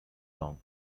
long